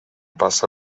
passa